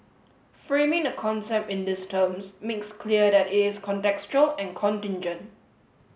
framing the concept in these terms makes clear that it is contextual and contingent